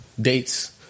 dates